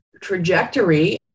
trajectory